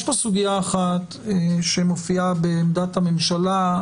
יש פה סוגיה אחת שמופיעה בעמדת הממשלה,